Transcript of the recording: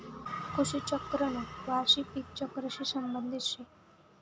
कृषी चक्रना वार्षिक पिक चक्रशी संबंध शे